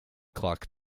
clock